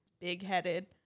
big-headed